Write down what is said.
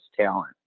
talent